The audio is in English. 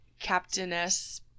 captainess